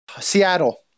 Seattle